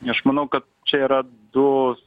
aš manau kad čia yra du